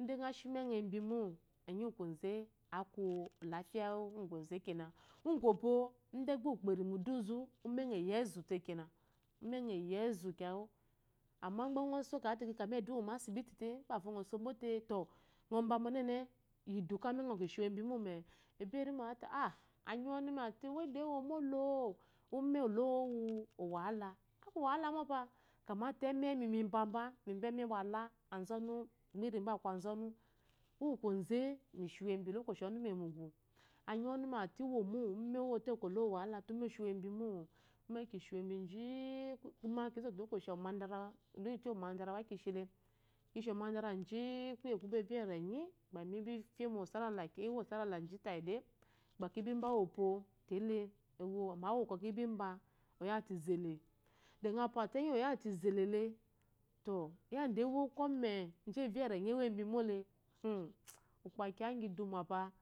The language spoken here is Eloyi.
Ide ngɔ shi umengɔ embimo, enyi agwu koze akun olafiya ngo kwoze kena, ngukopo ide gba ukpo ari udunzu umengɔ eyi ezu te kena, ume eyi ezu kyawu. Amma igba ngɔ so kyamate ki ka ma asibiti tė ngɔso bo te to ngɔ bwama onene yi idu ka umengɔ ki shi wu embi mome-e ebo erima awu azɔte-ah- anyi-uwu-ɔnumi ate we doyi womo-lo-o-ume olowu owahala, akwu owahala mopa, kyamate umeh, imbamba, memba eme wa-la, gbiri mba aku azonu, uwu koze mishi wu embi olokoci awu ɔnumi eyi mugu anyi uwu ɔnumi ate owomo owote kɔ olowu owahala te kwɔ umeh oshi wu embi mo-o. Umeh kė shiwu embiji-i kuma olokoci awu, omandara, luyifu iyi omandara gba ki shi le, kishi omandara ji-i kuye ngu evya erenyi ke bga kife mu oserela, ewo oserela ji tayi de gba ki mba uwopo tele amma uwokɔ kimba oyata izele, de ngɔ pwate enyi wu oyate izele le to, yadda ewo aku kɔme ji evya ewo embimole umh, ukpo aku kiya ki duma-a